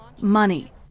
money